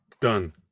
done